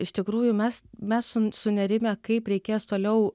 iš tikrųjų mes mes sunerimę kaip reikės toliau